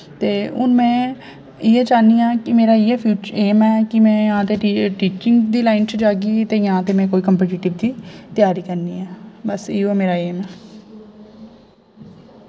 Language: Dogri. ते हुन में इ'यै चाह्नी आं कि मेरा इ'यै फ्यूचर इ'यै एम ऐ कि में जां ते टीचिंग दी लाइन च जाह्गी ते जां ते में कोई काम्पिटेटिव दी तैयारी करनी ऐ बस इयो मेरा एम ऐ